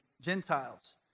Gentiles